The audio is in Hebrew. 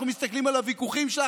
אנחנו מסתכלים על הוויכוחים שלה,